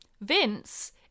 Vince